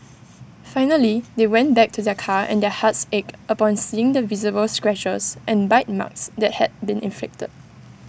finally they went back to their car and their hearts ached upon seeing the visible scratches and bite marks that had been inflicted